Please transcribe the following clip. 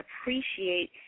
appreciate